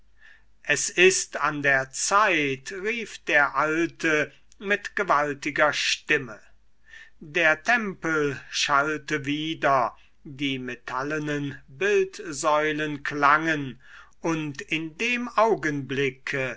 es ist an der zeit rief der alte mit gewaltiger stimme der tempel schallte wider die metallenen bildsäulen klangen und in dem augenblicke